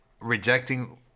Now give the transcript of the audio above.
rejecting